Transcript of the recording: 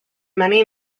many